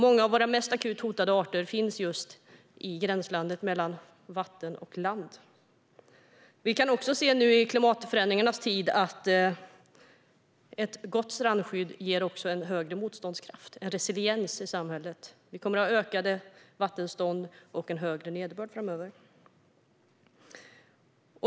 Många av våra mest akut hotade arter finns just i gränslandet mellan vatten och land. Vi kan också se nu i klimatförändringarnas tid att ett gott strandskydd ger en högre motståndskraft, en resiliens, i samhället. Vi kommer att ha högre vattenstånd och en större nederbörd framöver.